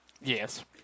Yes